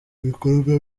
ibikorwa